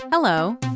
Hello